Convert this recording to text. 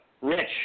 Rich